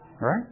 Right